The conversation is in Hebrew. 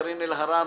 קארין אלהרר,